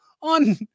on